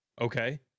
okay